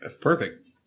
Perfect